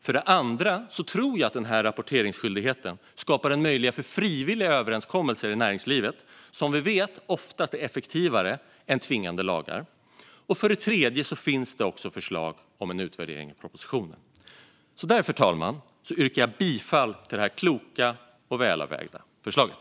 För det andra tror jag att rapporteringsskyldigheten skapar en möjlighet till frivilliga överenskommelser i näringslivet, som vi vet oftast är effektivare än tvingande lagar. För det tredje finns också förslag om utvärdering i propositionen. Fru talman! Jag yrkar bifall till det kloka och välavvägda förslaget.